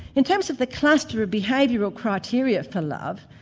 in terms of the cluster of behaviourial criteria for love,